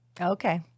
Okay